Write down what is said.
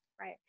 Right